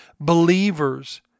believers